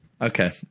Okay